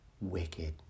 wicked